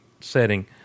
setting